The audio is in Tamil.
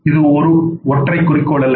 இது ஒரு ஒற்றை குறிக்கோள் அல்ல